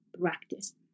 practice